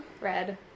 Red